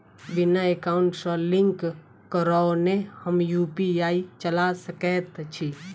बिना एकाउंट सँ लिंक करौने हम यु.पी.आई चला सकैत छी?